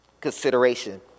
consideration